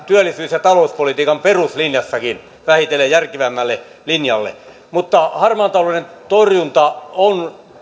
työllisyys ja talouspolitiikan peruslinjassakin vähitellen järkevämmälle linjalle harmaan talouden torjunta on